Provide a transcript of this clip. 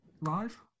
live